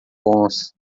bons